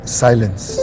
silence